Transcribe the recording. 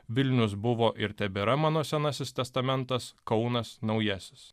vilnius buvo ir tebėra mano senasis testamentas kaunas naujasis